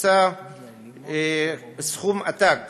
הוקצה סכום עתק